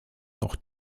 noch